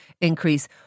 increase